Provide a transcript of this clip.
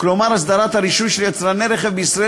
כלומר הסדרת הרישוי של יצרני רכב בישראל